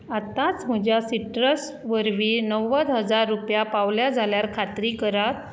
आतांच म्हज्या सिट्रस वरवीं णव्वद हजार रुपया पावल्या जाल्यार खात्री करात